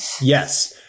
Yes